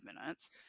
minutes